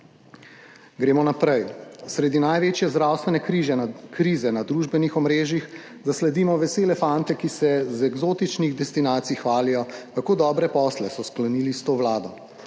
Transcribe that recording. Gremo naprej, sredi največje zdravstvene krize na družbenih omrežjih zasledimo vesele fante, ki se z eksotičnih destinacij hvalijo, kako dobre posle so sklenili s to vlado.